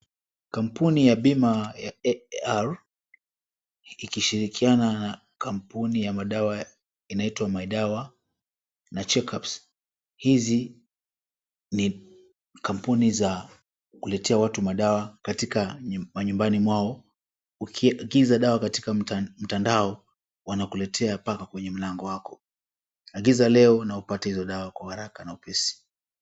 Kampuni ya bima ya AAR ikishirikiana na kampuni ya madawa inaitwa MYDAWA na CheckUps. Hizi ni kampuni za kuletea watu madawa katika manyumbani mwao. Ukiagiza dawa katika mtandao wanakuletea mpaka kwenye mlango wako. Agiza leo na upate hizo dawa kwa haraka na upesi.